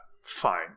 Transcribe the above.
Fine